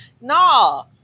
no